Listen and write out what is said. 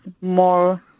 more